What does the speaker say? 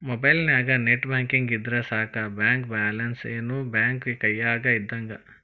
ಮೊಬೈಲ್ನ್ಯಾಗ net banking ಇದ್ರ ಸಾಕ ಬ್ಯಾಂಕ ಬ್ಯಾಲೆನ್ಸ್ ಏನ್ ಬ್ಯಾಂಕ ಕೈಯ್ಯಾಗ ಇದ್ದಂಗ